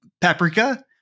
Paprika